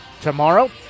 tomorrow